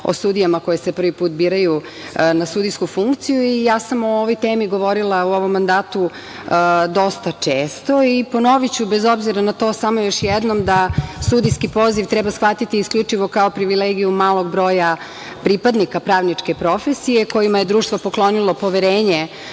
o sudijama koje se prvi put biraju na sudijsku funkciju.O ovoj temi sam govorila u ovom mandatu dosta često. Ponoviću, bez obzira na to, samo još jednom da sudijski poziv treba shvatiti isključivo kao privilegiju malog broja pripadnika pravničke profesije kojima je društvo poklonilo poverenje